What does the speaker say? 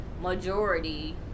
majority